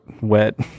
wet